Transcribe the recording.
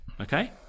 okay